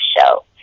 show